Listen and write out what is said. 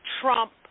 Trump